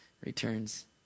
returns